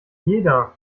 jeder